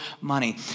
money